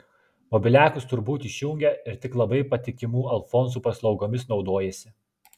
mobiliakus tur būt išjungia ir tik labai patikimų alfonsų paslaugomis naudojasi